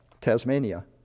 Tasmania